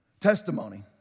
testimony